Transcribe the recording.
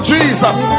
Jesus